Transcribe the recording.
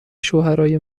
شوهرای